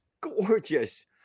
gorgeous